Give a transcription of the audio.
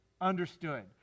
understood